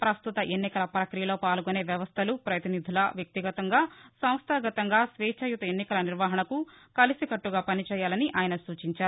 ప్రస్తుత ఎన్నికల ప్రక్రియలో పాల్గొనే వ్యవస్థలు ప్రతినిధులు వ్యక్తిగతంగా సంస్థాగతంగా స్వేచ్ఛాయుత ఎన్నికల నిర్వహణకు కలిసికట్టుగా పనిచేయాలని ఆయన సూచించారు